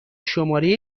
شماره